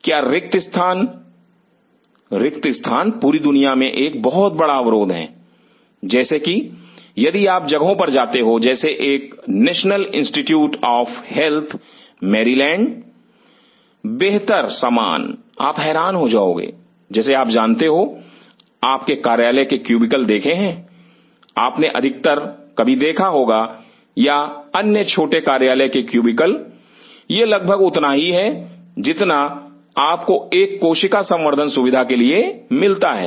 क्या रिक्त स्थान रिक्त स्थान पूरी दुनिया में एक बहुत बड़ा अवरोध है जैसे कि यदि आप जगहों पर जाते हो जैसे एक National Institute of Health Maryland बेहतर सामान आप हैरान हो जाओगे जैसे आप जानते हो आपने कार्यालय के क्यूबिकल देखे हैं आपने अधिकतर कभी देखा होगा या अन्य छोटे कार्यालय के क्यूबिकल यह लगभग उतना ही है जितना आपको एक कोशिका संवर्धन सुविधा के लिए मिलता है